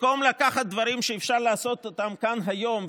לקחת דברים שאפשר לעשות אותם כאן היום,